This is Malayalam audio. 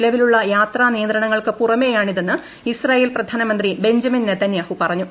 നിലവിലുള്ള യാത്രാ നിയന്ത്രണങ്ങൾക്കു പുറമേയാണിതെന്ന് ഇസ്രായേൽ പ്രധാനമന്ത്രി ബെഞ്ചമിൻ നെതന്യാഹു പറഞ്ഞു